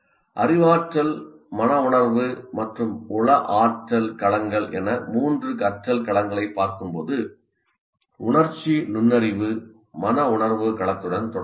அறிவாற்றல் மன உணர்வு மற்றும் உள ஆற்றல் களங்கள் என மூன்று கற்றல் களங்களைப் பார்க்கும்போது உணர்ச்சி நுண்ணறிவு மன உணர்வு களத்துடன் தொடர்புடையது